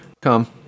come